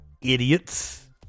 Idiots